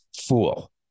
fool